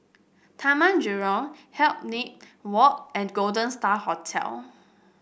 Taman Jurong Hindhede Walk and Golden Star Hotel